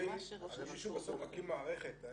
הרי מישהו בסוף מקים מערכת.